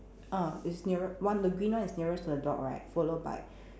ah is nearer one the green one is nearest to the dog right followed by